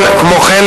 כמו כן,